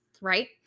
Right